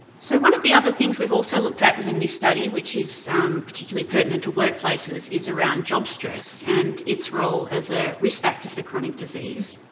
so one of the other things we've also looked at within this study, which is particularly pertinent to workplaces, is around job stress and its role as a risk factor for chronic disease.